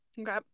Okay